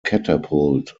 catapult